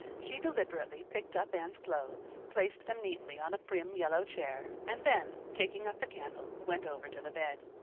she deliberately picked up anne's clothes, placed them neatly on a prim yellow chair, and then, taking up the candle, went over to the bed.